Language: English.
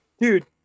Dude